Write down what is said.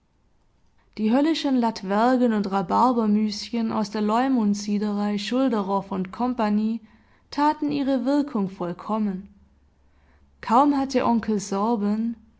die höllischen latwergen und rhabarbermüschen aus der leumundsiederei schulderoff und komp taten ihre wirkung vollkommen kaum hatte onkel sorben